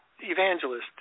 evangelist